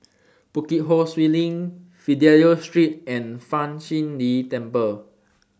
Bukit Ho Swee LINK Fidelio Street and Fa Shi Lin Temple